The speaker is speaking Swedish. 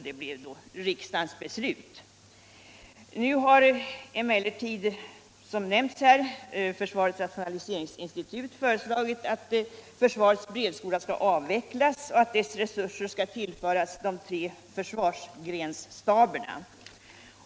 Detta blev också riksdagens beslut. Nu har emellertid, som försvarsministern nämnde, försvarets rationaliseringsinstitut föreslagit att försvarets brevskola skall avvecklas och att dess resurser skall tillföras de tre försvarsgrensstaberna.